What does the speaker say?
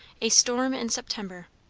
a storm in september.